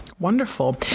Wonderful